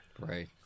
Right